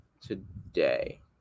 Today